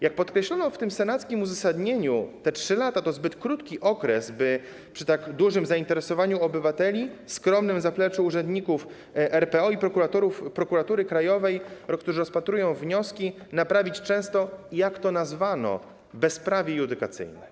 Jak podkreślono w senackim uzasadnieniu, te 3 lata to zbyt krótki okres, by przy tak dużym zainteresowaniu obywateli, skromnym zapleczu urzędników RPO i Prokuratury Krajowej, którzy rozpatrują wnioski, naprawić często - jak to nazwano - bezprawie judykacyjne.